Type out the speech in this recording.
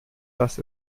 dass